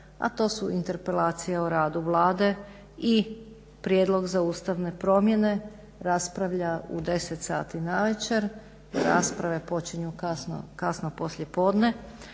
a to su interpelacija o radu Vlade i prijedlog za ustavne promjene raspravlja u 10 sati navečer, rasprave počinju kasno poslijepodne,